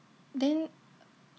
then